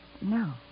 No